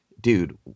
dude